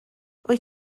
wyt